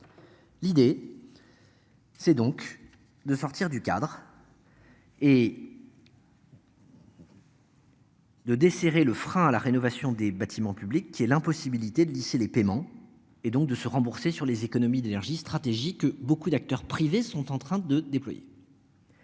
L'idée. C'est donc de sortir du cadre. Et. De desserrer le frein à la rénovation des bâtiments publics qui est l'impossibilité de lisser les paiements et donc de se rembourser sur les économies d'énergie stratégique que beaucoup d'acteurs privés sont en train de déployer.